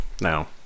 now